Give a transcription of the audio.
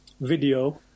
video